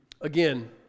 again